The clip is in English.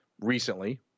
recently